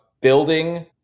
building